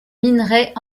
minerais